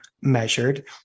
measured